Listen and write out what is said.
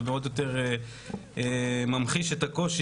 זה עוד יותר ממחיש את הקושי,